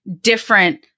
different